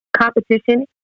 competition